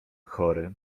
chory